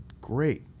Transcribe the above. great